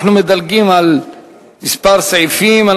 ואנחנו מדלגים על סעיפים מספר.